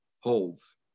holds